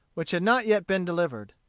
which had not yet been delivered.